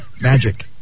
Magic